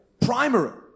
Primary